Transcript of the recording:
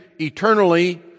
eternally